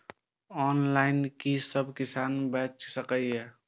Online कि सब किसान बैच सके ये?